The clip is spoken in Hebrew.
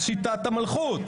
להחזרת שיטת המלכות.